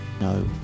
No